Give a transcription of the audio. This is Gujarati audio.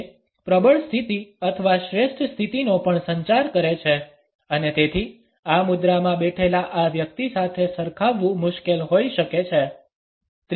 તે પ્રબળ સ્થિતિ અથવા શ્રેષ્ઠ સ્થિતિનો પણ સંચાર કરે છે અને તેથી આ મુદ્રામાં બેઠેલા આ વ્યક્તિ સાથે સરખાવવું મુશ્કેલ હોઈ શકે છે